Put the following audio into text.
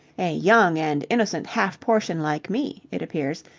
a young and innocent half-portion like me, it appears,